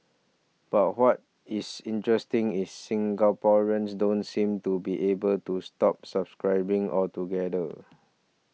but what is interesting is Singaporeans don't seem to be able to stop subscribing altogether